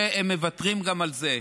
ושהם מוותרים גם על זה.